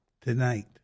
tonight